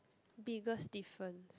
biggest difference